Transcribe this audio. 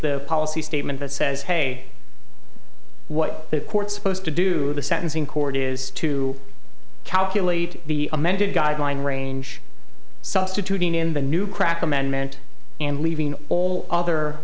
the policy statement that says hey what the court supposed to do the sentencing court is to calculate the amended guideline range substituting in the new crack amendment and leaving all other